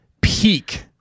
peak